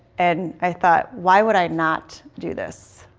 and i thought why would i not do this?